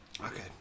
okay